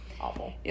awful